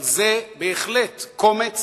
אבל זה בהחלט קומץ